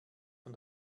von